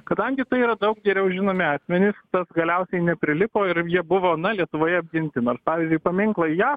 kadangi tai yra daug geriau žinomi akmenys tas galiausiai neprilipo ir jie buvo na lietuvoje apginti nors pavyzdžiui paminklai jav